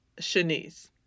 Shanice